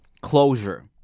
closure